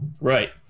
Right